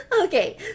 Okay